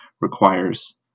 requires